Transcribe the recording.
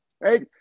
right